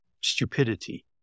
stupidity